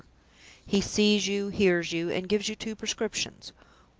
he sees you, hears you, and gives you two prescriptions.